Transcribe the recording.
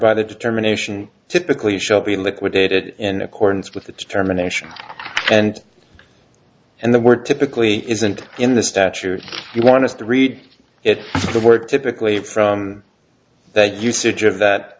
by the determination typically shall be liquidated in accordance with the determination and and the word typically isn't in the statute you want us to read it the word typically from that usage of that